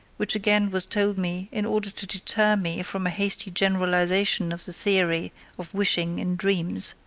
which again was told me in order to deter me from a hasty generalization of the theory of wishing in dreams,